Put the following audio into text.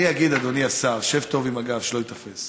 אני אגיד, אדוני השר, שב טוב עם הגב, שלא ייתפס.